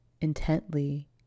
intently